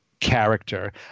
character